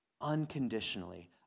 unconditionally